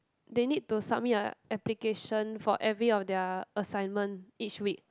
they need to submit a application for every of their assignment each week